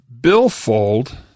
billfold